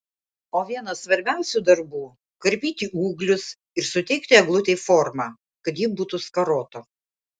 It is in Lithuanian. o vienas svarbiausių darbų karpyti ūglius ir suteikti eglutei formą kad ji būtų skarota